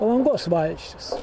palangos valščius